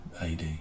AD